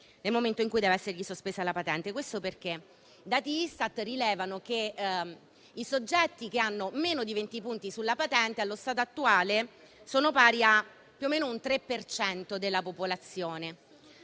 nel momento in cui deve essergli sospesa la patente. I dati Istat rilevano che i soggetti che hanno meno di 20 punti sulla patente sono, allo stato attuale, pari a circa il 3 per cento della popolazione.